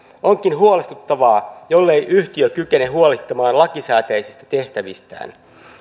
onkin huolestuttavaa jollei yhtiö kykene huolehtimaan lakisääteisistä tehtävistään